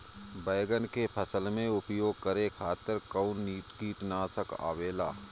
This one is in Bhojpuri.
बैंगन के फसल में उपयोग करे खातिर कउन कीटनाशक आवेला?